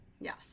Yes